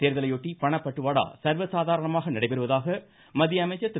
தமிழகத்தில் தேர்தலையொட்டி பண பட்டுவாடா சர்வ சாதாரணமாக நடைபெறுவதாக மத்திய அமைசச்ர் திரு